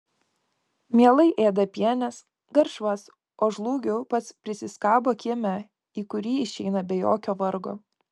mielai ėda pienes garšvas o žliūgių pats prisiskabo kieme į kurį išeina be jokio vargo